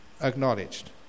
acknowledged